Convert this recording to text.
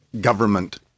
government